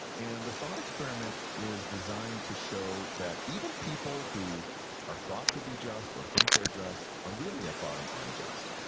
and the thought experiment is designed to show that even people who are thought to be just, or think they're just, are really at bottom unjust,